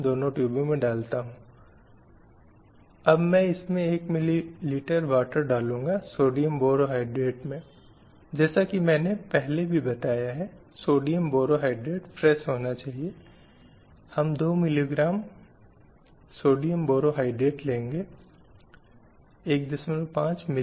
जो कई वर्षों से मौजूद थे उनमें से एक प्रमुख था सती प्रथा जिसमें महिला को पति की चिता में जलाने की प्रथा प्रमुख थी और यह देश के बड़े पैमाने पर विभिन्न भागों में जारी थी